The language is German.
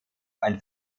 ein